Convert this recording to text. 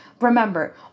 Remember